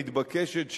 מתבקשת,